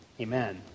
amen